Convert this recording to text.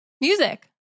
music